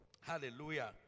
Hallelujah